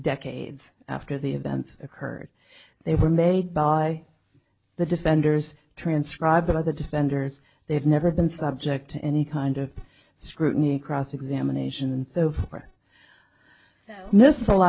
decades after the events occurred they were made by the defenders transcribed by the defenders they have never been subject to any kind of scrutiny cross examination and so forth